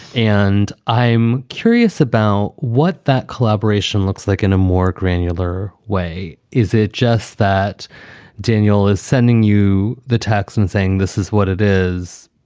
and i'm curious about what that collaboration looks like in a more granular way. is it just that daniel is sending you the tax and saying, this is what it is,